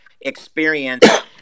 experience